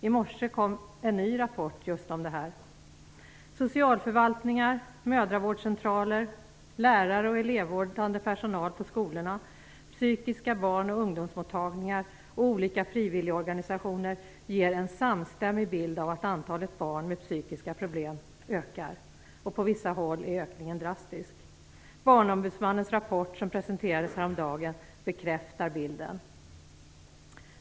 I morse kom en ny rapport just om detta. Socialförvaltningar, mödravårdscentraler, lärare och elevvårdande personal på skolorna, psykiska barn och ungdomsmottagningar och olika frivilligorganisationer ger en samstämmig bild av att antalet barn med psykiska problem ökar. På vissa håll är ökningen drastisk. Barnombudsmannens rapport, som presenterades häromdagen, bekräftar bilden.